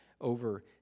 over